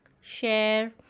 share